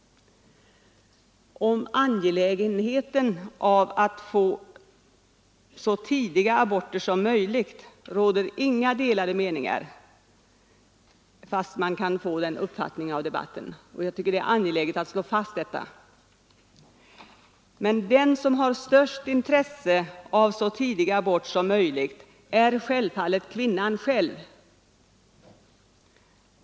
Om angelägenheten av att få till stånd så tidiga aborter som möjligt råder inga delade meningar, fast man kan få den uppfattningen av debatten här. Jag tycker det är angeläget att slå fast detta. Den som har störst intresse av så tidig abort som möjligt är självfallet kvinnan.